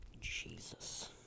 Jesus